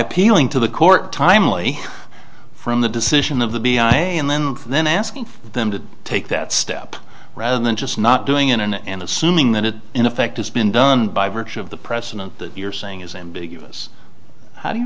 appealing to the court timely from the decision of the b i a and then from then asking them to take that step rather than just not doing it in and assuming that it in effect has been done by virtue of the precedent that you're